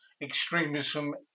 extremism